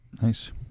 nice